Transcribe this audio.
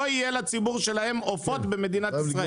לא יהיו לציבור שלהם עופות במדינת ישראל.